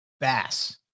Bass